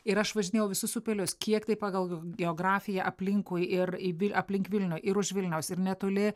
ir aš važinėjau visus upelius kiek tai pagal geografiją aplinkui ir į aplink vilnių ir už vilniaus ir netoli